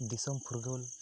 ᱫᱤᱥᱚᱢ ᱯᱷᱩᱨᱜᱟᱹᱞ